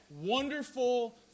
wonderful